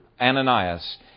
Ananias